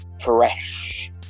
fresh